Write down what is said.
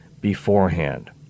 beforehand